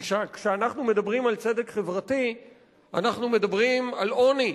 כי כשאנחנו מדברים על צדק חברתי אנחנו מדברים על עוני,